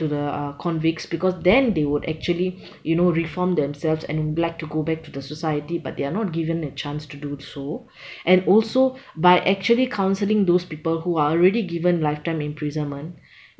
to the uh convicts because then they would actually you know reform themselves and would like to go back to the society but they are not given a chance to do so and also by actually counselling those people who are already given lifetime imprisonment